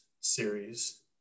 series